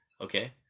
Okay